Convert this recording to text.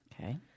Okay